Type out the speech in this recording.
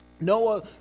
Noah